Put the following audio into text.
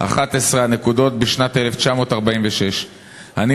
11 הנקודות בשנת 1946. אני,